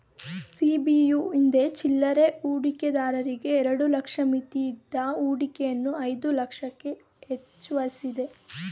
ಸಿ.ಬಿ.ಯು ಹಿಂದೆ ಚಿಲ್ಲರೆ ಹೂಡಿಕೆದಾರರಿಗೆ ಎರಡು ಲಕ್ಷ ಮಿತಿಯಿದ್ದ ಹೂಡಿಕೆಯನ್ನು ಐದು ಲಕ್ಷಕ್ಕೆ ಹೆಚ್ವಸಿದೆ